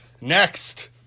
Next